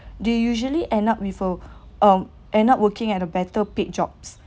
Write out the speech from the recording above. they usually end up with uh um end up working at a better paid jobs